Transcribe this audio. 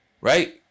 Right